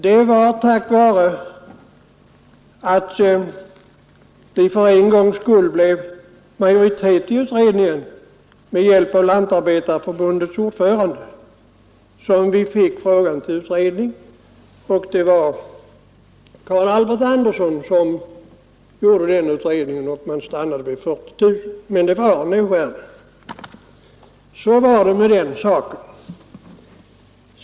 Det var tack vare att vi för en gångs skull blev majoritet, med hjälp av Lantarbetareförbundets ordförande, som vi fick frågan till utredning. Det var Carl Albert Anderson som gjorde den utredningen, och man stannade vid 40 000 hektar. Så var det med den saken.